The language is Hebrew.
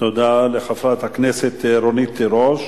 תודה לחברת הכנסת רונית תירוש.